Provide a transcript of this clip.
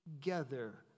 together